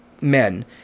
men